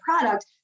product